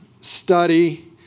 study